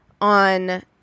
on